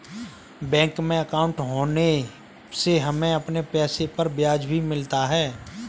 bank में अंकाउट होने से हमें अपने पैसे पर ब्याज भी मिलता है